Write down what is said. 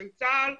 של צה"ל,